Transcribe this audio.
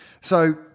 So-